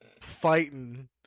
fighting